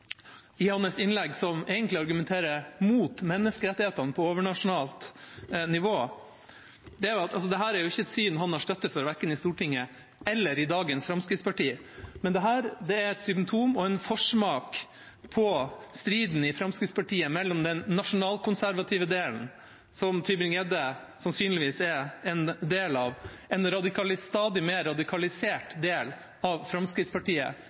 innlegg som egentlig argumenterer mot menneskerettighetene på overnasjonalt nivå, et syn han verken har støtte for i Stortinget eller i dagens fremskrittsparti – er at dette er et symptom og en forsmak på striden i Fremskrittspartiet mellom den nasjonalkonservative delen, som Tybring-Gjedde sannsynligvis er en del av, en stadig mer radikalisert del av Fremskrittspartiet,